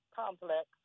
complex